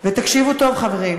ותקשיבו טוב, חברים,